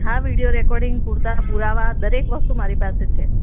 હા video recording પૂરતા પુરાવા દરેક વસ્તુ મારી પાસે છે